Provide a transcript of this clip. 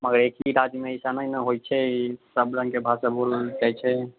मगर एक ही राज्यमे ऐसा नहि ने होइत छै सब रङ्गके भाषा बोलल जाइत छै